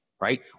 right